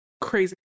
crazy